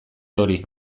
hori